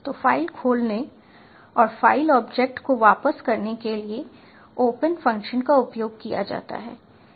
तो फ़ाइल खोलने और फ़ाइल ऑब्जेक्ट को वापस करने के लिए ओपन फंक्शन का उपयोग किया जाता है